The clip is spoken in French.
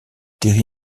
terry